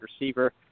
receiver